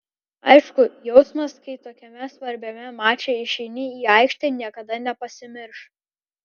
aišku jausmas kai tokiame svarbiame mače išeini į aikštę niekada nepasimirš